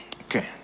Okay